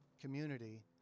community